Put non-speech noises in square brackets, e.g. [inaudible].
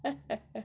[laughs]